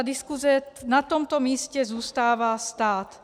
Diskuse na tomto místě zůstává stát.